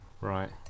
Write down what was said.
Right